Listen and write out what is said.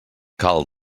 cal